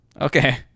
Okay